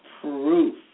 proof